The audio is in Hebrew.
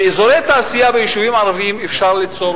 באזורי תעשייה ביישובים ערביים אפשר ליצור